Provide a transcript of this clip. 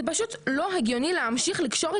זה פשוט לא הגיוני להמשיך לקשור את